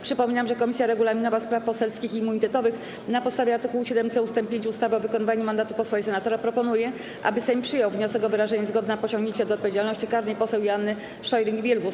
Przypominam, że Komisja Regulaminowa, Spraw Poselskich i Immunitetowych, na podstawie art. 7c ust. 5 ustawy o wykonywaniu mandatu posła i senatora, proponuje, aby Sejm przyjął wniosek o wyrażenie zgody na pociągnięcie do odpowiedzialności karnej poseł Joanny Scheuring-Wielgus.